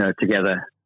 together